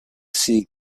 see